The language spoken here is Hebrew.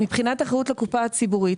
מבחינת אחריות לקופה הציבורית,